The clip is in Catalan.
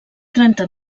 trenta